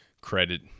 credit